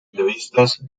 revistas